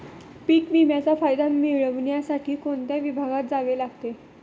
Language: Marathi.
पीक विम्याचा फायदा मिळविण्यासाठी कोणत्या विभागात जावे लागते?